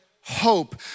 hope